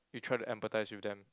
you try to empathise with them